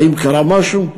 האם קרה משהו?